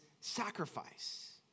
sacrifice